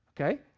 Okay